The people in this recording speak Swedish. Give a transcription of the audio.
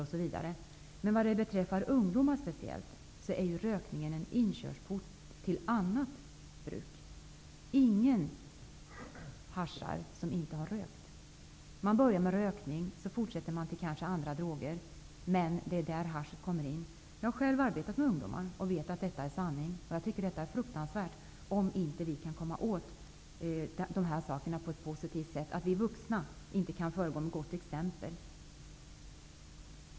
För speciellt ungdomar är rökningen en inkörsport till bruk av annat. Ingen som inte har rökt cigarretter röker hasch. Man börjar med rökning och fortsätter kanske sedan till andra droger. Där kommer haschet in. Jag har själv arbetat med ungdomar och vet att detta är sanning. Jag tycker att det skulle vara fruktansvärt om vi inte skulle kunna komma åt problemen och lösa dem på ett positivt sätt. Det är fruktansvärt att vi vuxna inte kan föregå med gott exempel.